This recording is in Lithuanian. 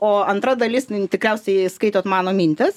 o antra dalis tikriausiai skaitot mano mintis